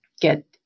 get